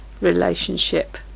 relationship